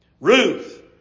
Ruth